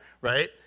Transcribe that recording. right